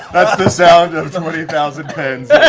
the sound of twenty thousand pens